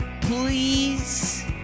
please